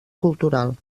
cultural